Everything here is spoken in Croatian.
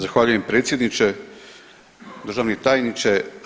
Zahvaljujem predsjedniče, državni tajniče.